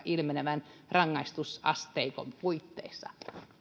ilmenevän rangaistusasteikon puitteissa